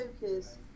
focus